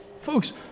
folks